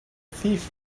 thief